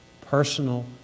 personal